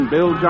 Bill